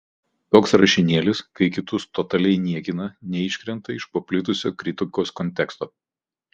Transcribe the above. toks rašinėlis kai kitus totaliai niekina neiškrenta iš paplitusio kritikos konteksto